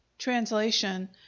translation